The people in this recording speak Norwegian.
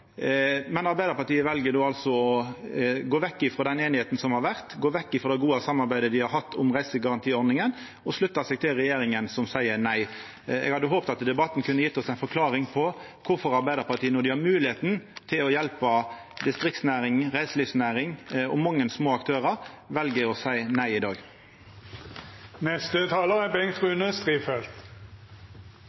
Arbeidarpartiet vel altså å gå vekk frå den einigheita som har vore, gå vekk frå det gode samarbeidet dei har hatt om reisegarantiordninga, og slutta seg til regjeringa, som seier nei. Eg hadde håpt at debatten kunne ha gjeve oss ei forklaring på kvifor Arbeidarpartiet, når dei har moglegheita til å hjelpa distriktsnæring, reiselivsnæring og mange små aktørar, vel å seia nei i dag. Som jeg nevnte i mitt forrige innlegg, er